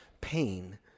pain